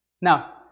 Now